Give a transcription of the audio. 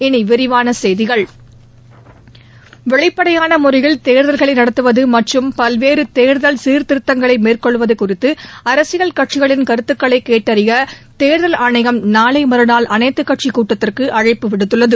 இனி விரிவான செய்திகள் வெளிப்படயான முறையில் தேர்தல்களை நடத்துவது மற்றும் பல்வேறு தேர்தல் சீர்திருத்தங்களை மேற்னெள்வது குறித்து அரசியல் கட்சிகளின் கருத்துக்களைக் கேட்டறிய தேர்தல் ஆணையம் நாளை மறுநாள் அளைத்துக் கட்சிக் கூட்டத்திற்கு அழைப்பு விடுத்துள்ளது